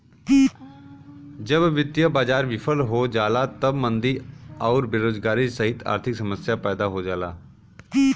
जब वित्तीय बाजार विफल हो जाला तब मंदी आउर बेरोजगारी सहित आर्थिक समस्या पैदा हो जाला